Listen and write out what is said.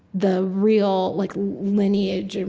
the real like lineage, and